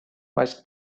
was